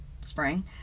spring